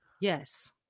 Yes